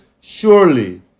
surely